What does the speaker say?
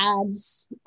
ads